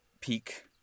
peak